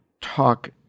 talk